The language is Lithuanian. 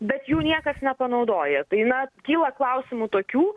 bet jų niekas nepanaudoja tai na kyla klausimų tokių